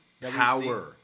Power